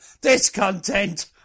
discontent